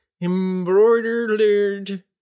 embroidered